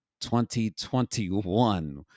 2021